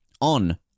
on